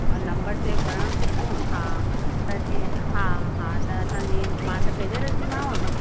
ऐं number save करण खां पोइ हा त जीअं हा हा त असां जीअं मां त भेजे रखंदीमांव